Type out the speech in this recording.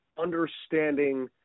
understanding